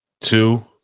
two